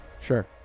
Sure